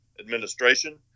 administration